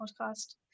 podcast